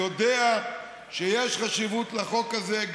יודע שיש חשיבות לחוק הזה,